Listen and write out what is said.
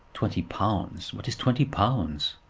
twenty pounds! what is twenty pounds?